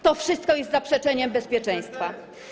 To wszystko jest zaprzeczeniem bezpieczeństwa.